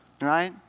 Right